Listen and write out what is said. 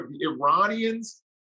Iranians